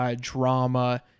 drama